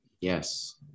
Yes